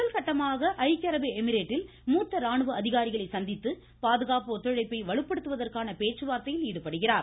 முதல்கட்டமாக ஐக்கிய அரபு எமிரேட்டில் மூத்த ராணுவ அதிகாரிகளை சந்தித்து பாதுகாப்பு ஒத்துழைப்பை வலுப்படுத்துவதற்கான பேச்சுவார்த்தைகளில் ஈடுபடுகிறார்